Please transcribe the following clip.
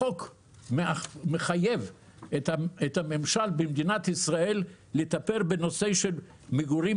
החוק מחייב את הממשל במדינת ישראל לטפל בנושא המגורים,